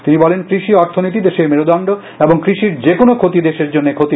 তিনি বলেন কৃষি অর্খনীতি দেশের মেরুদন্ড এবং কৃষির যে কোনও ফ্ষতি দেশের জন্য ফ্ষতি